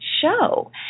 show